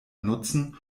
nutzen